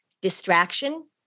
distraction